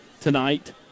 tonight